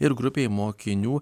ir grupėj mokinių